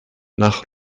nach